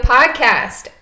Podcast